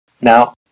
Now